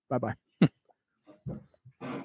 Bye-bye